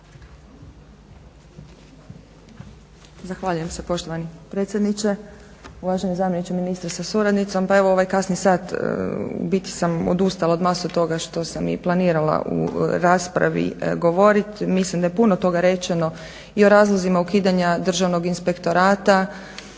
Zahvaljujem se poštovani predsjedniče. Uvaženi zamjeniče ministra sa suradnicom, pa evo u ovaj kasni sat ubiti sam odustala od masu toga što sam i planirala u raspravi govoriti. Mislim da je puno toga rečeno i o razlozima ukidanja državnog inspektorata.